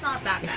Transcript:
um snap yeah